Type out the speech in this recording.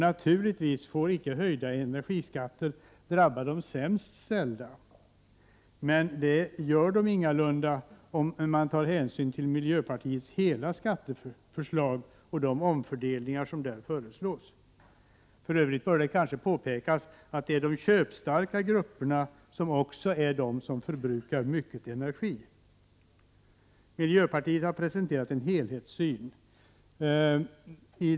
Naturligtvis får inte höjda energiskatter drabba de sämst ställda, men det gör de ingalunda om man tar hänsyn till miljöpartiets hela skatteförslag och de omfördelningar som där föreslås. Det bör för övrigt kanske påpekas att det är de köpstarka grupperna som också är de som förbrukar mycket energi. Miljöpartiet har presenterat en helhetssyn.